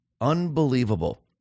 unbelievable